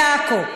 בעכו.